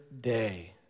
day